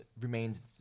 remains